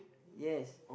yes